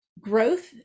growth